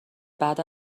بعد